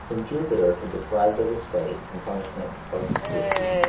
whom jupiter had deprived of his sight, in punishment of his cruelty